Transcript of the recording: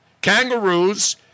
Kangaroos